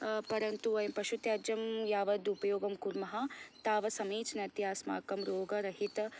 परन्तु वयं पशुत्याज्यं यावद् उपयोगं कुर्मः तावत्समिचिनतया अस्माकं रोगरहित